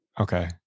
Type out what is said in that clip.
Okay